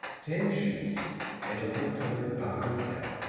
tan shoes and a light colored knock-about cap,